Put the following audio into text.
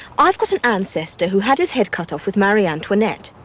i've got an ancestor who had his head cut off with marie antoinette.